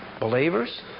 believers